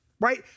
right